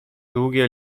długie